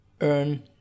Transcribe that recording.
earn